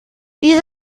diese